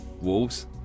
Wolves